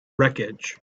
wreckage